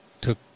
took